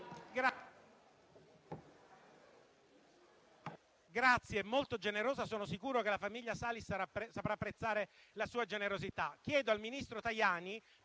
è molto generosa e sono sicuro che la famiglia Salis saprà apprezzare la sua generosità.